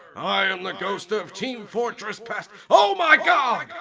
i am the ghost of team fortress past oh my god!